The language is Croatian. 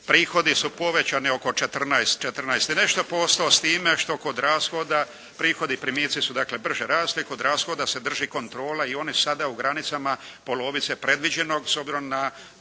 prihodi su povećani oko 14 i nešto posto, s time što kod rashoda prihodi i primici su dakle brže rasli, kod rashoda se drži kontrola i oni su sada u granicama polovice predviđenog s obzirom na